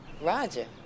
Roger